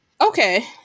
Okay